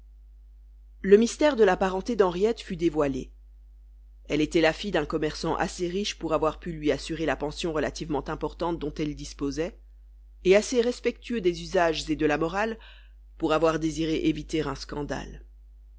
le mystère de la parenté d'henriette fut dévoilé elle était la fille d'un commerçant assez riche pour avoir pu lui assurer la pension relativement importante dont elle disposait et assez respectueux des usages et de la morale pour avoir désiré éviter un scandale